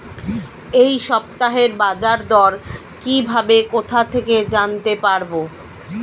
এই সপ্তাহের বাজারদর কিভাবে কোথা থেকে জানতে পারবো?